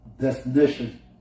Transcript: Destination